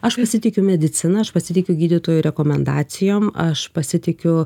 aš pasitikiu medicina aš pasitikiu gydytojų rekomendacijom aš pasitikiu